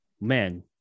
man